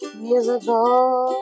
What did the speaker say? musical